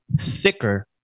thicker